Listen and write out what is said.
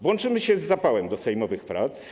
Włączymy się z zapałem do sejmowych prac.